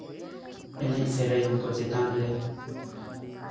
ᱮᱱᱮᱡ ᱥᱮᱨᱮᱧ ᱠᱚ ᱪᱮᱛᱟᱱᱨᱮ